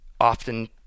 often